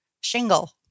shingle